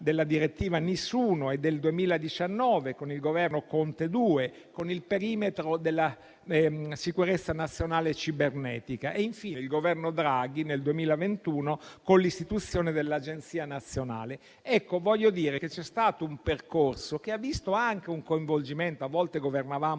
nel 2018; nel 2019, con il Governo Conte II, il perimetro della sicurezza nazionale cibernetica; infine il Governo Draghi nel 2021, con l'istituzione dell'Agenzia nazionale. Con ciò voglio dire che c'è stato un percorso che ha visto anche un coinvolgimento di tante forze